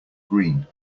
green